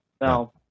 no